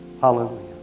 Hallelujah